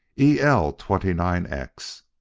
e l twenty nine x.